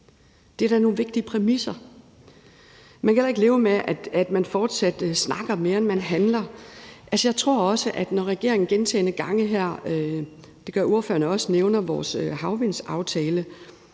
Det er da nogle vigtige præmisser. Man kan heller ikke leve med, at der fortsat snakkes mere, end der handles. Når regeringen gentagne gange her – det gør ordførerne også – nævner vores havvindsaftale,